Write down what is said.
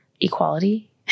equality